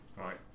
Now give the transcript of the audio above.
right